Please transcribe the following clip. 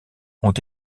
ont